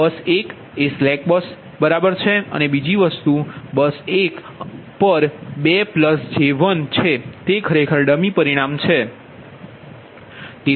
તેથી બસ 1 તે slack bus બરાબર છે અને બીજી વસ્તુ બસ 1 પર 2 j1 છે તે ખરેખર ડમી પરિણામ છે